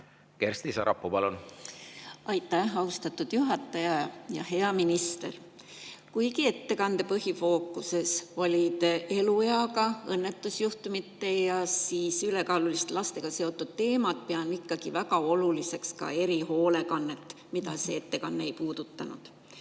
Kersti Sarapuu, palun! Aitäh, austatud juhataja! Hea minister! Kuigi ettekande põhifookuses olid elueaga, õnnetusjuhtumite ja ülekaaluliste lastega seotud teemad, pean ikkagi väga oluliseks ka erihoolekannet, mida see ettekanne ei puudutanud.